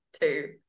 two